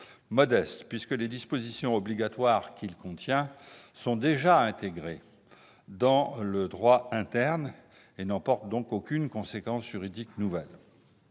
modeste, puisque les dispositions obligatoires qu'il contient sont déjà intégrées dans notre droit interne et n'emporteront aucune conséquence juridique nouvelle.